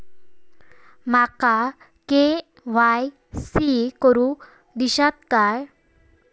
माका के.वाय.सी करून दिश्यात काय?